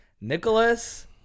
Nicholas